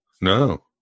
No